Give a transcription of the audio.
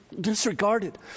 disregarded